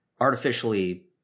artificially